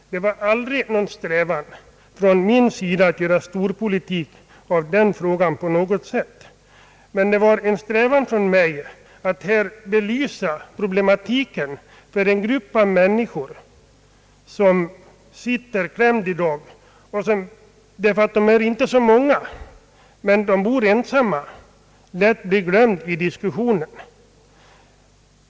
Det var aldrig någon strävan från min sida att på något sätt göra storpolitik av den frågan. Jag ville närmast belysa problematiken för en grupp av människor som sitter klämda i dag. De är inte så många, men de bor ensamma. Det är något som man glömt i diskussionen.